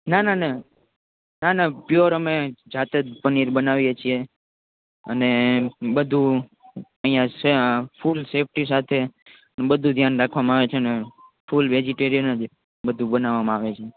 ના ના ના ના ના પ્યોર અમે જાતે પનીર બનાવીએ છીએ અને બધુ અહિયાં છે ફૂલ સેફટી સાથે બધુ જ અહિયાં ધ્યાન રાખવામાં આવે છે અને ફૂલ વેગીતેરિયાં જ બધુ બનાવવામાં આવે છે